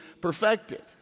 perfected